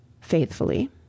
faithfully